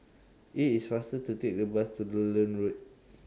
IT IS faster to Take The Bus to Lowland Road